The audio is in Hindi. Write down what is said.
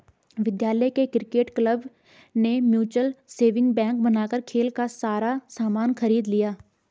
विद्यालय के क्रिकेट क्लब ने म्यूचल सेविंग बैंक बनाकर खेल का सारा सामान खरीद लिया